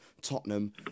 Tottenham